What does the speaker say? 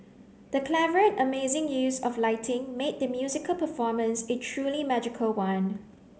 the clever and amazing use of lighting made the musical performance a truly magical one